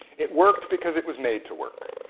it worked because it was made to work.